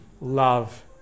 love